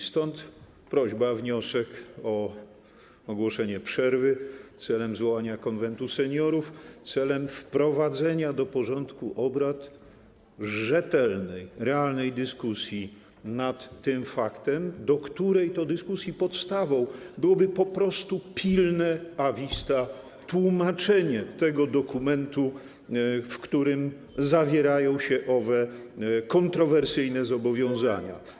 Stąd prośba, wniosek o ogłoszenie przerwy celem zwołania Konwentu Seniorów celem wprowadzenia do porządku obrad rzetelnej, realnej dyskusji nad tym faktem, do której to dyskusji podstawą byłoby po prostu pilne tłumaczenie a vista tego dokumentu, w którym zawierają się owe kontrowersyjne zobowiązania.